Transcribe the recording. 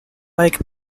like